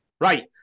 Right